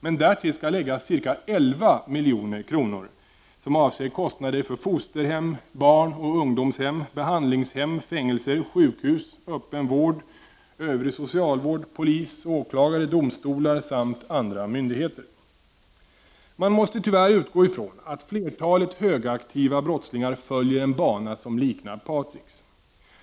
Men därtill skall läggas ca 11 milj.kr., som avser kostnader för fosterhem, barnoch ungdomshem, behandlingshem, fängelser, sjukhus, öppenvård, övrig socialvård, polis, åklagare, domstolar samt andra myndigheter. Man måste tyvärr utgå ifrån att flertalet högaktiva brottslingar följer en bana som liknar Patriks.